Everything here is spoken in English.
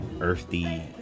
earthy